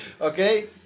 Okay